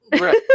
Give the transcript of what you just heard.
Right